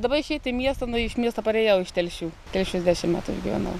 dabar išeiti į miestą iš miesto parėjau iš telšių telšiuose dešimt metų išgyvenau